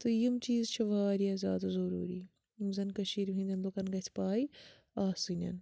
تہٕ یِم چیٖز چھِ واریاہ زیادٕ ضٔروٗری یِم زَن کٔشیٖرِ ہِنٛدٮ۪ن لُکَن گژھِ پَے آسٕنۍ